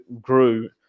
grew